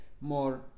more